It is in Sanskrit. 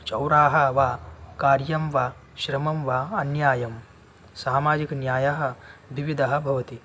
चौराः वा कार्यं वा श्रमं वा अन्यायं सामाजिकन्यायः द्विविधः भवति